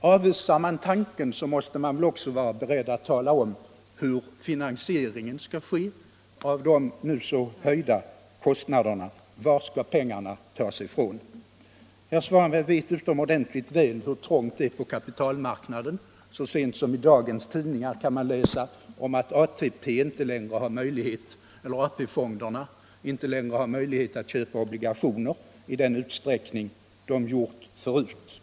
Avvisar man tanken måste man också vara beredd att tala om hur finansieringen skall ske av de nu våldsamt höjda kostnaderna. Var skall pengarna tas ifrån? Herr Svanberg vet utomordentligt väl hur trångt det är på kapitalmarknaden. Så sent som i dagens tidningar kan man läsa om att AP-fonderna inte längre har möjlighet att köpa obligationer i samma utsträckning som de gjort förut.